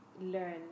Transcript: learn